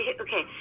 okay